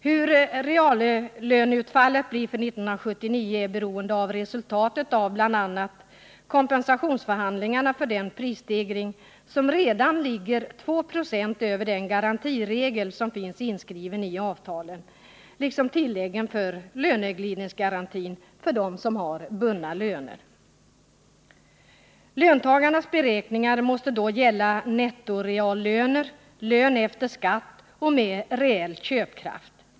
Hur reallöneutfallet blir för 1979 är beroende av resultatet av bl.a. förhandlingarna om kompensation för den prisstegring som redan ligger 2 26 över den garantiregel som finns inskriven i avtalen, liksom tilläggen för löneglidningsgarantin för dem som har bundna löner. Löntagarnas beräkningar måste då gälla nettoreallöner — lön efter skatt och med reell köpkraft.